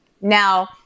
Now